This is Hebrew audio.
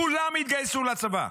כולם יתגייסו לצבא,